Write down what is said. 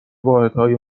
واحدهای